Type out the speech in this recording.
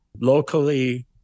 locally